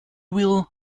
will